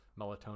melatonin